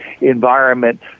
environment